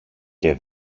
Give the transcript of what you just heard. και